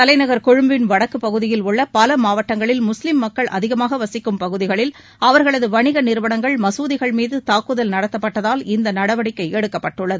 தலைநகர் கொழும்பின் வடக்குப் பகுதியில் உள்ள பல மாவட்டங்களில் முஸ்லீம் மக்கள் அதிகமாக வசிக்கும் பகுதிகளில் அவர்களது வணிக நிறுவனங்கள் மசூதிகள் மீது தாக்குதல் நடத்தப்பட்டதால் இந்த நடவடிக்கை எடுக்கப்பட்டுள்ளது